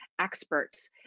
experts